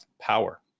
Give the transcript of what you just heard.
power